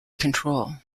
control